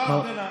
וזו לא הפגנה.